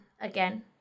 again